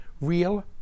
real